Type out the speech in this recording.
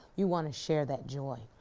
you want to share that joy.